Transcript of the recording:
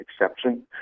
exception